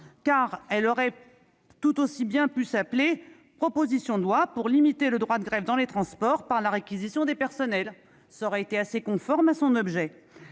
celle-ci aurait tout aussi bien pu s'intituler « proposition de loi pour limiter le droit de grève dans les transports par la réquisition des personnels »: cela aurait été assez conforme à son objet,